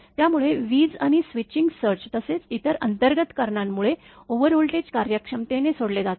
त्यामुळे वीज आणि स्विचिंग सर्ज तसेच इतर अंतर्गत कारणांमुळे ओव्हर व्होल्टेज कार्यक्षमतेने सोडले जाते